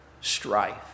strife